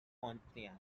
pontiac